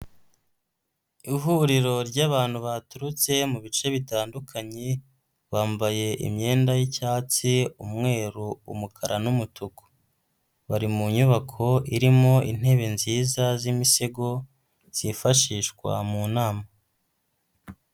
Ihuriro ry'abantu baturutse mu bice bitandukanye, bambaye imyenda y'icyatsi, umweru, umukara n'umutuku. Bari mu nyubako irimo intebe nziza z'imisego zifashishwa mu nama.